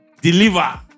Deliver